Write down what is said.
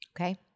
Okay